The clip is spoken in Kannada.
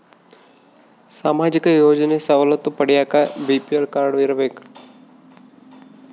ಸಾಮಾಜಿಕ ಯೋಜನೆ ಸವಲತ್ತು ಪಡಿಯಾಕ ಬಿ.ಪಿ.ಎಲ್ ಕಾಡ್೯ ಇರಬೇಕಾ?